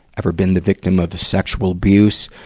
ever been the victim of sexual abuse?